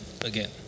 again